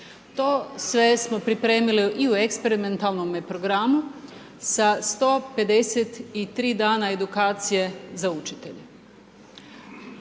To sve smo pripremili i u eksperimentalnome programu, sa 153 dana edukacije za učitelje.